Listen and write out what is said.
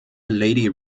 lady